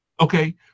Okay